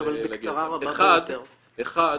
האחד,